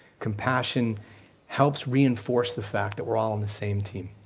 compassion helps reinforce the fact that we're all on the same team.